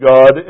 God